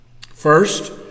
First